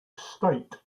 state